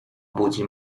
budzi